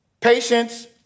patience